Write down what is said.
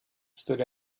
stood